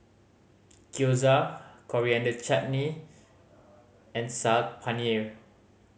Gyoza Coriander Chutney and Saag Paneer